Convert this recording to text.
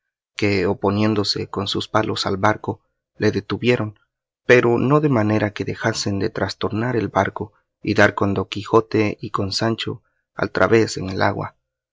que oponiéndose con sus palos al barco le detuvieron pero no de manera que dejasen de trastornar el barco y dar con don quijote y con sancho al través en el agua